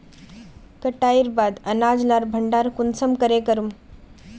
कटाईर बाद अनाज लार भण्डार कुंसम करे करूम?